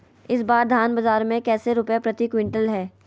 इस बार धान बाजार मे कैसे रुपए प्रति क्विंटल है?